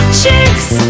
chicks